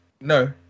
No